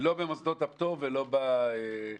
לא במוסדות הפטור ולא בתרבותי-ייחודי.